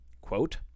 quote